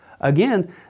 Again